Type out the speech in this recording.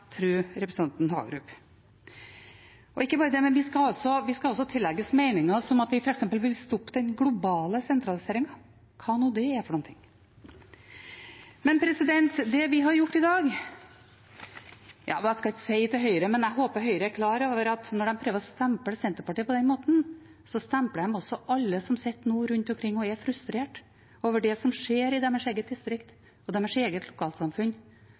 representanten Hagerup. Og ikke bare det, men vi skal også tillegges meninger som f.eks. at vi vil stoppe «den globale sentraliseringen» – hva nå det er for noe. Jeg skal ikke si «til Høyre», men jeg håper Høyre er klar over at når de prøver å stemple Senterpartiet på den måten, stempler de også alle som nå sitter rundt omkring og er frustrerte over det som skjer i deres eget distrikt, og i deres eget lokalsamfunn,